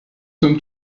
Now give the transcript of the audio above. sommes